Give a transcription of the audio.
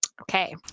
okay